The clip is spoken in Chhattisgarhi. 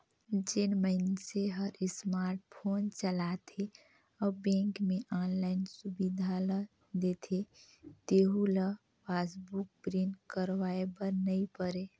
जेन मइनसे हर स्मार्ट फोन चलाथे अउ बेंक मे आनलाईन सुबिधा ल देथे तेहू ल पासबुक प्रिंट करवाये बर नई परे